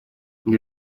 для